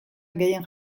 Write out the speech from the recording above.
gehien